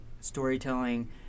storytelling